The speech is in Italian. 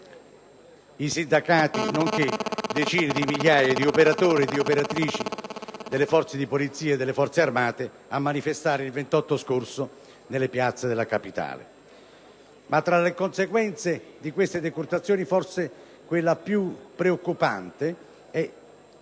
i sindacati nonché decine di migliaia di operatori e di operatrici delle forze di polizia e delle Forze armate a manifestare lo scorso 28 ottobre nelle PIAZZE della capitale. Tra le conseguenze di queste decurtazioni forse la più preoccupante è